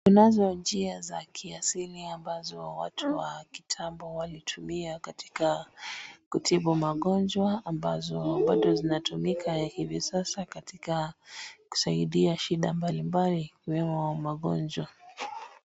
Kunazo njia za kiasili ambazo watu wa kitambo walitumia katika kutibu magonjwa, ambazo bado zinatumika hivi sasa katika kusaidia shida mbalimbali ikiwemo magonjwa.